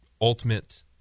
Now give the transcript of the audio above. ultimate